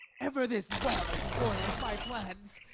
ever this varlet foils my plans.